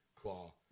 Claw